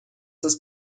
das